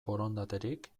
borondaterik